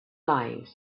lives